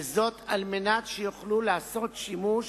וזאת על מנת שיוכלו לעשות שימוש